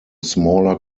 smaller